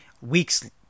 weeks